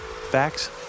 facts